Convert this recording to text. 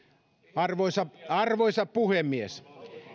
arvoisa arvoisa puhemies